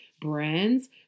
brands